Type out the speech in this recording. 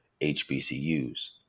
HBCUs